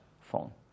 phone